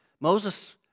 Moses